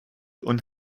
und